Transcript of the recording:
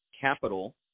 capital